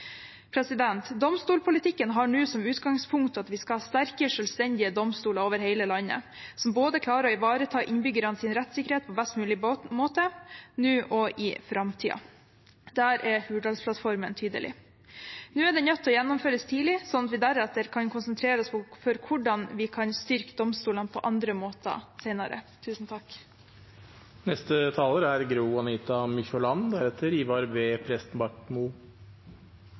Domstolpolitikken har nå som utgangspunkt at vi skal ha sterke, selvstendige domstoler over hele landet som klarer å ivareta innbyggernes rettssikkerhet på best mulig måte – både nå og i framtiden. Der er Hurdalsplattformen tydelig. Nå er vi nødt til å gjennomføre det tidlig, slik at vi deretter kan konsentrere oss om hvordan vi kan styrke domstolene på andre måter